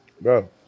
Bro